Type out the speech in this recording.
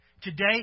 Today